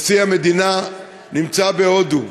נשיא המדינה נמצא בהודו.